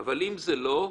אבל אם לא,